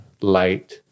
light